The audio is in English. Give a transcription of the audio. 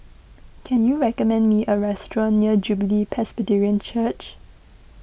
can you recommend me a restaurant near Jubilee Presbyterian Church